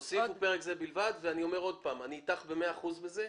תוסיפו "פרק זה בלבד" ואני אומר שוב שאני אתך במאה אחוזים בזה.